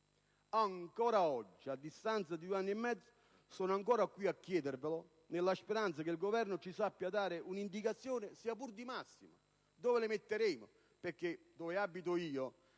Ancora oggi, a distanza di due anni e mezzo, sono ancora qui a chiedervelo, nella speranza che il Governo ci sappia dare un'indicazione, sia pure di massima. Dove le metterete, tenuto conto che